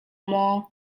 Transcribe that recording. maw